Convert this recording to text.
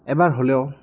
এবাৰ হ'লেও